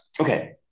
Okay